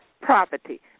property